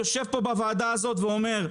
יושב פה בוועדה הזאת ואומר: